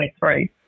2023